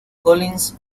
collins